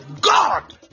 God